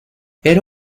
era